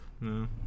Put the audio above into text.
No